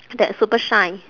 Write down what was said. that super shine